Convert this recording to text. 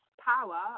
power